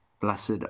blessed